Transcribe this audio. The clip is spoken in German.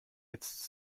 jetzt